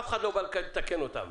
אף אחד לא בא לתקן את הלולים האלה,